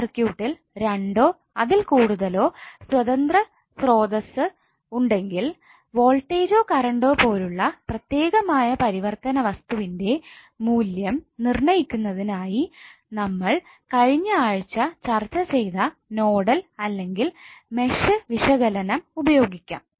ഒരു സർക്യൂട്ടിൽ രണ്ടോ അതിൽ കൂടുതലോ സ്വതന്ത്ര സ്രോതസ്സ് ഉണ്ടെങ്കിൽ വോൾടേജ്ജോ കറണ്ടോ പോലുള്ള പ്രത്യേകമായ പരിവർത്തിതവസ്തുവിന്റെ മൂല്യം നിർണയിക്കുന്നതിന് ആയി നമ്മൾ കഴിഞ്ഞ ആഴ്ച് ചർച്ച ചെയ്ത നോഡൽ അല്ലെങ്കിൽ മെഷ് വിശകലനം ഉപയോഗിക്കാം